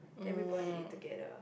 then everybody eat together